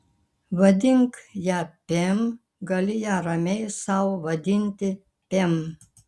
vadink ją pem gali ją ramiai sau vadinti pem